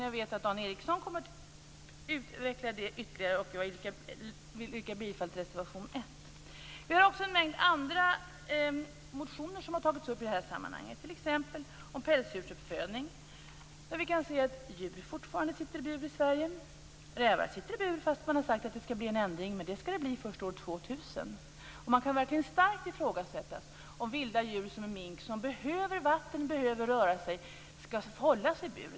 Jag vet att Dan Ericsson kommer att utveckla den frågan ytterligare. Jag yrkar bifall till reservation 1. En mängd andra motioner har väckts i sammanhanget, t.ex. om pälsdjursuppfödning. Djur sitter fortfarande i bur i Sverige. Rävar sitter i bur, fastän det har sagts att det skall bli en ändring. Men det kommer att ske först år 2000. Man kan starkt ifrågasätta att vilda djur som mink, som behöver vatten och att få röra sig, skall hållas i bur.